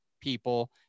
people